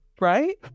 right